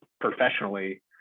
professionally